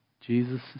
Jesus